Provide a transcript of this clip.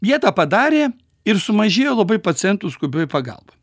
jie tą padarė ir sumažėjo labai pacientų skubioj pagalboj